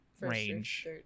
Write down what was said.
range